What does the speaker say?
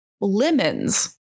lemons